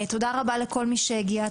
תודה רבה לכל מי שהגיע.